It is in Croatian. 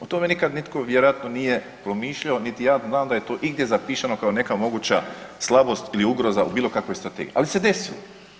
O tome nitko nikad, vjerojatno nije promišljao niti ja znam da je to igdje zapisano kao neka moguća slabost ili ugroza u bilo kakvoj Strategiji, ali se desilo.